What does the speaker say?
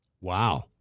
Wow